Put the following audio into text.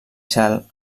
cel